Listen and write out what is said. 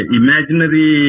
imaginary